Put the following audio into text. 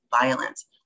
violence